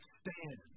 stand